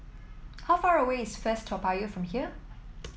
how far away is First Toa Payoh from here